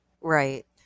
Right